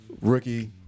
Rookie